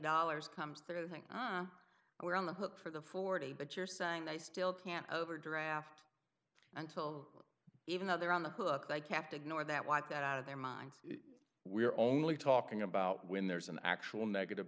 dollars comes through i think we're on the hook for the forty but you're saying they still can't overdraft until even though they're on the hook like have to ignore that wipe that out of their minds we're only talking about when there's an actual negative